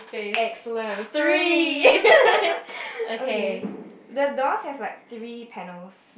excellent three okay the doors has like three panels